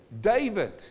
David